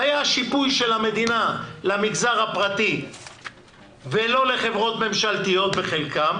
היה שיפוי של המדינה למגזר הפרטי ולא לחברות ממשלתיות בחלקן.